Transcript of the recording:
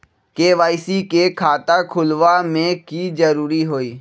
KYC के खाता खुलवा में की जरूरी होई?